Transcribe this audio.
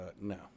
no